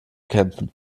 kämpfen